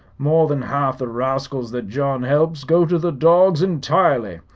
more than half the rascals that john helps go to the dogs entirely,